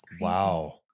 Wow